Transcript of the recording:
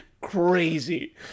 crazy